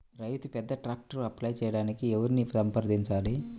రైతు పెద్ద ట్రాక్టర్కు అప్లై చేయడానికి ఎవరిని సంప్రదించాలి?